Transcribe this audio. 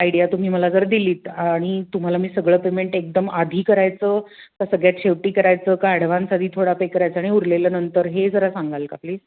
idea तुम्ही मला जर दिलीत आणि तुम्हाला मी सगळं पेमेंट एकदम आधी करायचं का सगळ्यात शेवटी करायचं का ॲडव्हान्स आधी थोडा पे करायचं आणि उरलेलं नंतर हे जरा सांगाल का प्लीज